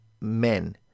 men